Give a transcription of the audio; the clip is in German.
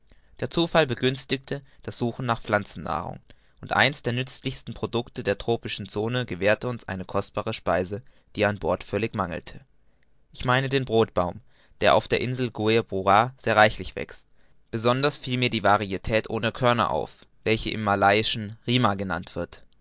der zufall begünstigte das suchen nach pflanzennahrung und eins der nützlichsten producte der tropischen zone gewährte uns eine kostbare speise die an bord völlig mangelte ich meine den brodbaum der auf der insel gueboroar sehr reichlich wächst besonders fiel mir die varietät ohne körner auf welche im malayischen rima genannt wird